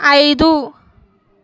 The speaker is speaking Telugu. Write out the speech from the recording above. ఐదు